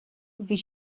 bhí